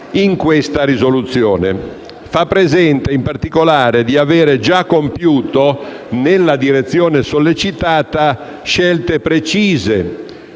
in questa risoluzione, facendo presente in particolare di aver già compiuto nella direzione sollecitata scelte precise